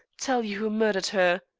tell you who murdered her.